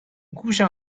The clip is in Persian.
گوشم